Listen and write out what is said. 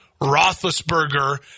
Roethlisberger